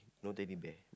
no teddy bear